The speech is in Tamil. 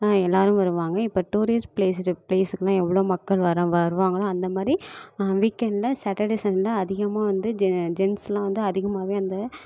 எல்லோரும் வருவாங்க இப்போ டூரிஸ்ட் பிளேஸ் பிளேஸுக்குனால் எவ்வளோ மக்கள் வர வருவாங்களோ அந்த மாதிரி வீக்எண்டில் சாட்டர்டே சண்டேயில் அதிகமாக வந்து ஜெ ஜென்ஸ்லாம் வந்து அதிகமாகவே அந்த